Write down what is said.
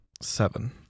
Seven